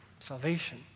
salvation